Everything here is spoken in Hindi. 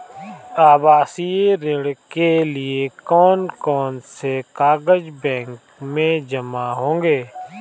आवासीय ऋण के लिए कौन कौन से कागज बैंक में जमा होंगे?